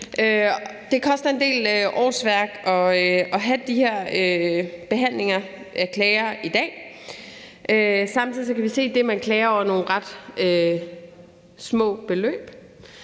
Det koster en del af årsværk at have de her behandlinger af klager i dag. Samtidig kan vi se, at det, man klager over, er nogle ret små beløb.